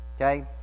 okay